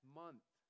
month